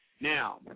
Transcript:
Now